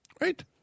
Right